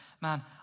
man